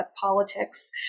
politics